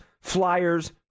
Flyers